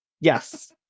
Yes